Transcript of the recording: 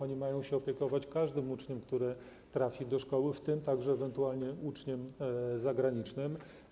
Oni mają się opiekować każdym uczniem, który trafi do szkoły, w tym także ewentualnie uczniem zagranicznym.